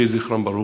יהי זכרם ברוך.